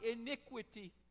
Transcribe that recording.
iniquity